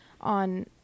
on